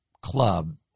club